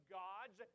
gods